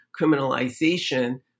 criminalization